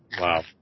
Wow